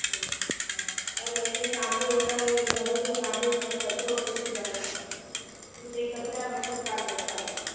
हा अने हिते साम्हूं असांजे घर जे साम्हूं सभु कचिरो फिटी करण था हिते कचरा पेटी बि कोन्ह रखियल आहे